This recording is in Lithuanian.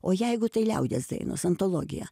o jeigu tai liaudies dainos antologija